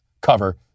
cover